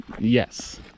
Yes